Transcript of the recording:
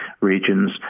regions